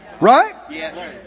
Right